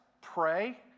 pray